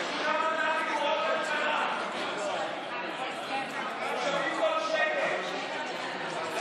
והיהלום שבכתר זה לשים בראש הוועדה הזאת,